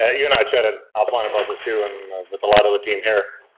ah you and i chatted offline about this too, and with a lot of the team here.